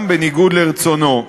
גם בניגוד לרצונו.